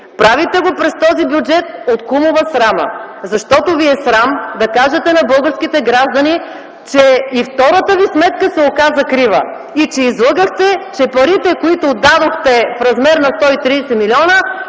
правите го през този бюджет от кумова срама. Защото ви е срам да кажете на българските граждани, че и втората ви сметка се оказа крива и излъгахте, че парите, които дадохте в размер на 130 млн.